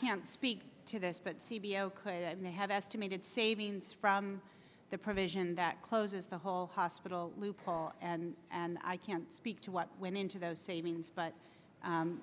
can't speak to this but c b l could and they have estimated savings from the provision that closes the whole hospital loophole and and i can't speak to what went into those savings but